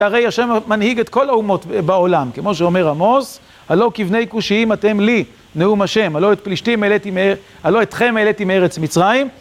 הרי השם מנהיג את כל האומות בעולם, כמו שאומר עמוס, הלא כבני קושיים אתם לי, נאום השם, הלא את פלשתים העליתי מארץ... הלא אתכם העליתי מארץ מצרים.